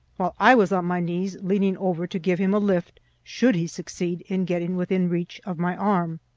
while i was on my knees leaning over to give him a lift should he succeed in getting within reach of my arm.